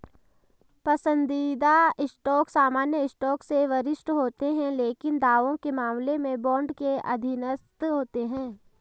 पसंदीदा स्टॉक सामान्य स्टॉक से वरिष्ठ होते हैं लेकिन दावों के मामले में बॉन्ड के अधीनस्थ होते हैं